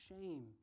shame